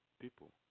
people